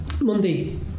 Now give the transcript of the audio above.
Monday